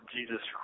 Jesus